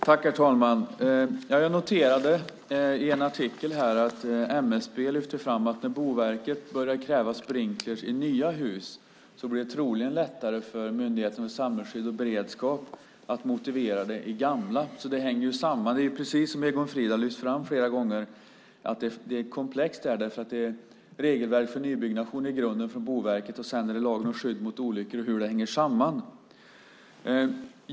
Herr talman! I en artikel har jag noterat att MSB lyfter fram att det när Boverket börjar kräva sprinkler i nya hus troligen blir lättare för Myndigheten för samhällsskydd och beredskap att motivera det i gamla hus; det här hänger ju samman. Precis som Egon Frid flera gånger lyft fram är detta komplext därför att det i grunden gäller ett regelverk för nybyggnation från Boverket och sedan lagen om skydd mot olyckor och hur dessa hänger samman.